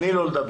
תני לו לדבר.